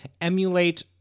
emulate